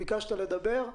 ביקשת לדבר.